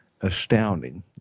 astounding